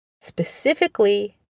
specifically